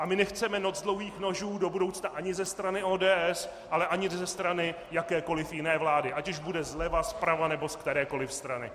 A my nechceme noc dlouhých nožů do budoucna ani ze strany ODS, ale ani ze strany jakékoli jiné vlády, ať už bude zleva, zprava, nebo z kterékoli strany.